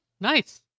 nice